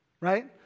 right